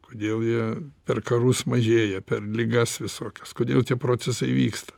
kodėl jie per karus mažėja per ligas visokias kodėl tie procesai vyksta